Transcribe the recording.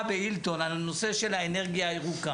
בהילטון על הנושא של האנרגיה הירוקה.